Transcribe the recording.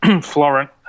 Florent